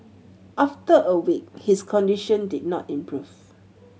after a week his condition did not improve